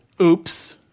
oops